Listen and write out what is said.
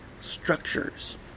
structures